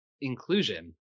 inclusion